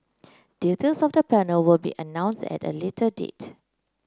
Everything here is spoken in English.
details of the panel will be announced at a later date